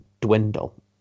dwindle